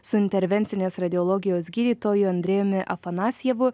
su intervencinės radiologijos gydytoju andrejumi afanasjevu